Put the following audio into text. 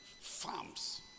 farms